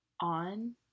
on